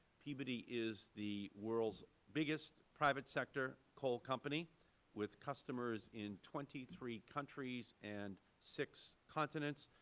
peabody is the world's biggest private sector coal company with customers in twenty three countries and six continents.